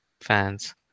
fans